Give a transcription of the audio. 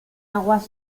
aguas